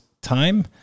time